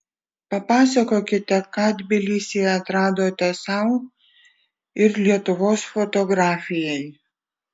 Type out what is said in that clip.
papasakokite ką tbilisyje atradote sau ir lietuvos fotografijai